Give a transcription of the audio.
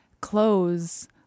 clothes